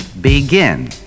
begin